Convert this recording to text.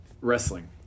wrestling